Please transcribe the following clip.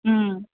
हम्म